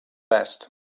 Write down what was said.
best